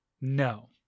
No